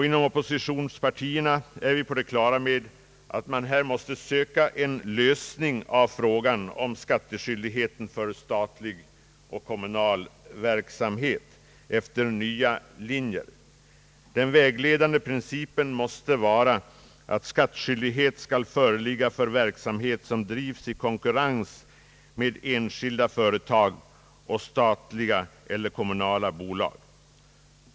Inom oppositionspartierna är vi på det klara med att man här måste söka en lösning av frågan om skattskyldighet för statlig och kommunal verksamhet efter nya linjer. Den vägledande principen måste vara att skattskyldighet skall föreligga för verksamhet som bedrivs i konkurrens med enskilda företag och statliga eller kommunala bolag.